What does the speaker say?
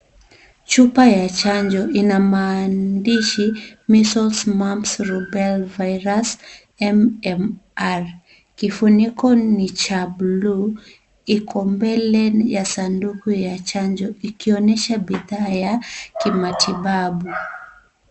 Chupa ya chanjo, ina maandishi, measles, mumps, rubella virus MMR. Kifuniko ni cha buluu. Iko mbele ya sanduku la chanjo. Ikionyesha bidhaa ya kimatibabu.